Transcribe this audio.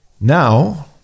Now